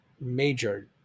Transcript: major